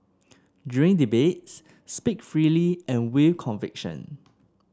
during debates speak freely and with conviction